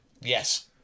Yes